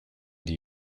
die